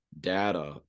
data